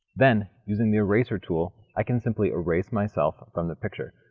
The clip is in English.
then, using the eraser tool i can simply erase myself from the picture.